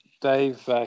Dave